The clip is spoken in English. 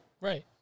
Right